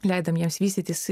leidom jiem vystytis